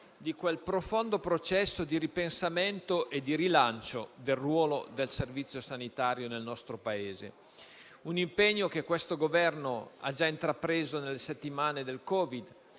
di quel profondo processo di ripensamento e di rilancio del ruolo del servizio sanitario nel nostro Paese, un impegno che questo Governo ha già intrapreso nelle settimane del Covid